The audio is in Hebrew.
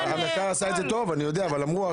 ואם זה יוצא ונכנס